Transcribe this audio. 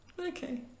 okay